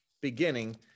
beginning